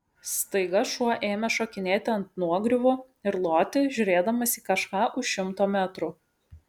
staiga šuo ėmė šokinėti ant nuogriuvų ir loti žiūrėdamas į kažką už šimto metrų